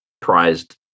prized